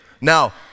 Now